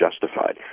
justified